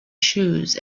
shoes